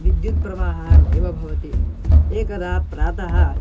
विद्युत्प्रवाहः नैव भवति एकदा प्रातः